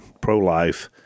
pro-life